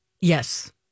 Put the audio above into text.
Yes